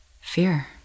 fear